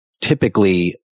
typically